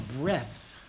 breath